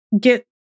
get